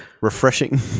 Refreshing